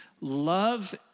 Love